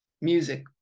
Music